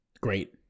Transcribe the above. Great